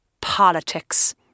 Politics